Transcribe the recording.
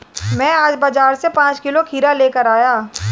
मैं आज बाजार से पांच किलो खीरा लेकर आया